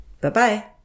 Bye-bye